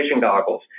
goggles